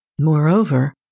Moreover